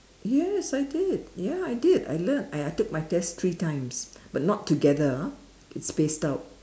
yes I did ya I did I learn and I took my test three time but not together ah it's spaced out